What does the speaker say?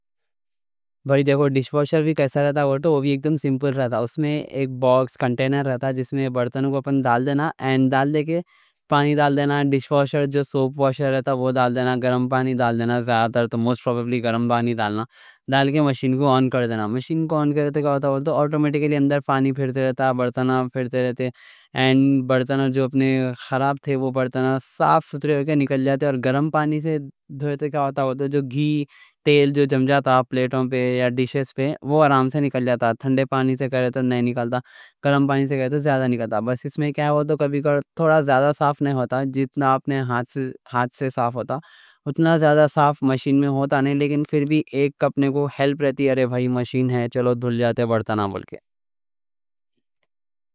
بھائی دیکھو، ڈش واشر بھی کیسا رہتا، وہ بھی ایک دم سمپل رہتا۔ اس میں ایک باکس کنٹینر رہتا، جس میں برتنوں کو اپنے ڈال دینا، پانی ڈال دینا۔ ڈش واشر جو سوپ واشر رہتا وہ ڈال دینا گرم پانی ڈال دینا، زیادہ تر تو موسٹ پروبیبلی گرم پانی ڈالنا۔ ڈال کے مشین کو آن کر دینا۔ مشین کو آن کرے تو آٹومیٹکلی اندر پانی پھیرتا رہتا، برتن پھیرتے رہتے۔ اور برتن جو اپنے خراب تھے، وہ برتن صاف ستھرے ہو کے نکل جاتے۔ اور گرم پانی سے دھوئے تو کیا ہوتا، جو گھی تیل جم جاتا تھا پلیٹوں پہ یا ڈشز پہ وہ آرام سے نکل جاتا۔ تھنڈے پانی سے کرے تو نہیں نکلتا، گرم پانی سے کرے تو زیادہ نکلتا۔ بس اس میں کیا ہوتا، تھوڑا زیادہ صاف نہیں ہوتا۔ جتنا اپنے ہاتھ سے ہاتھ سے صاف ہوتا اتنا زیادہ صاف مشین میں ہوتا نہیں۔ لیکن پھر بھی اپنے کو ہیلپ رہتی ہے۔ رے بھائی، مشین ہے، چلو دھل جاتے برتن، ہاں بول کے۔